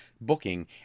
booking